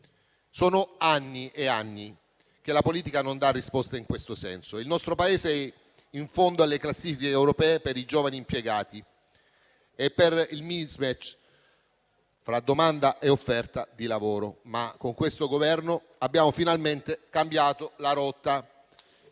Sono anni e anni che la politica non dà risposte in questo senso. Il nostro Paese è in fondo alle classifiche europee per i giovani impiegati e per il *mismatch* fra domanda e offerta di lavoro. Ma con questo Governo abbiamo finalmente cambiato la rotta.